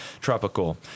tropical